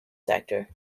sector